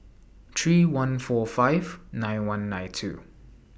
three one four five nine one nine two